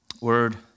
Word